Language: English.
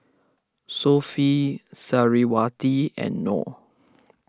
Sofea Suriawati and Nor